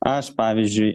aš pavyzdžiui